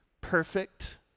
perfect